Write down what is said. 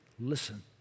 listen